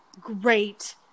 great